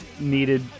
needed